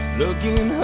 looking